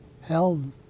held